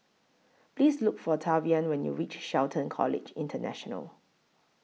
Please Look For Tavian when YOU REACH Shelton College International